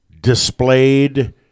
displayed